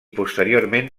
posteriorment